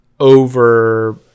over